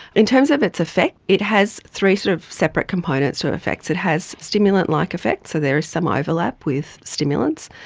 in terms of its effect, it has three sort of separate components to the effects, it has stimulant-like effects, so there are some overlaps with stimulants,